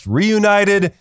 reunited